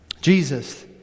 Jesus